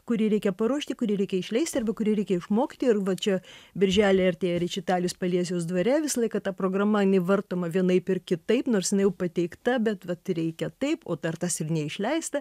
kurį reikia paruošti kurį reikia išleisti arba kurį reikia išmokti ir va čia birželį artėja rečitalis paliesiaus dvare visą laiką ta programa jinai vartoma vienaip ir kitaip nors jinai jau pateikta bet vat reikia taip o dar tas ir neišleista